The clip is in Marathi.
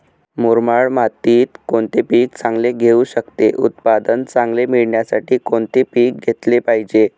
मुरमाड मातीत कोणते पीक चांगले येऊ शकते? उत्पादन चांगले मिळण्यासाठी कोणते पीक घेतले पाहिजे?